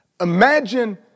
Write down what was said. Imagine